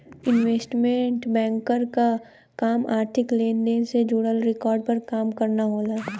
investment banker क काम आर्थिक लेन देन से जुड़ल रिकॉर्ड पर काम करना होला